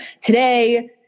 Today